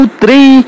three